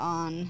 on